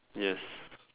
yes